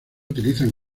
utilizan